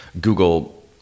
Google